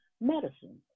medicine